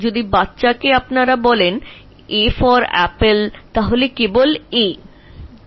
যদি একটা বাচ্চাকে বল a for apple তবে এটি কেবল a for apple